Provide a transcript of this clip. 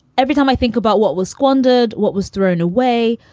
every time i think about what was squandered, what was thrown away,